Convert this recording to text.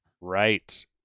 Right